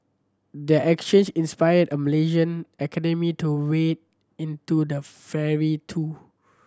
their exchange inspired a Malaysian academic to wade into the fray too